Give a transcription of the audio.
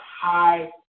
high